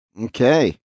Okay